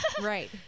Right